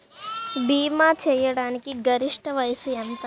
భీమా చేయాటానికి గరిష్ట వయస్సు ఎంత?